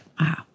Wow